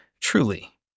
truly